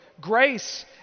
grace